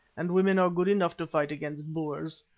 and women are good enough to fight against boers!